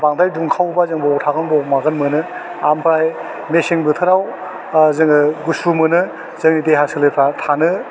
बांद्राय दुखावङोबा जों बबाव थागोन बबाव मागोन मोनो आमफाय मेसें बोथोराव आह जोङो गुसु मोनो जोंनि देहा सोलेरफ्रा थानो